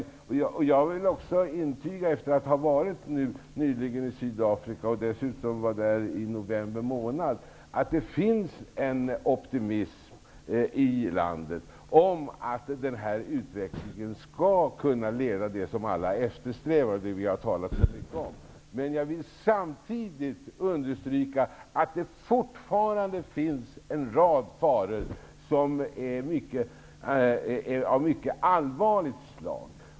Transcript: Jag har nyligen varit i Sydafrika och var dessutom där i november. Jag kan intyga att det finns en optimism i landet om att den här utvecklingen skall kunna leda till det som alla eftersträvat och som vi talat så mycket om. Jag vill samtidigt understryka att det fortfarande finns en rad faror av mycket allvarligt slag.